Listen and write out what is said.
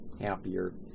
happier